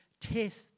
Test